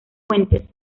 fuentes